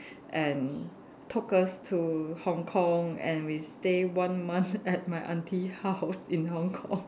and took us to Hong-Kong and we stay one month at my aunty house in Hong-Kong